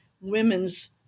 women's